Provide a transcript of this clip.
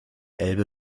elbe